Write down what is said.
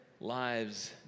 lives